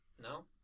No